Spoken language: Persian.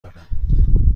دارم